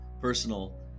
personal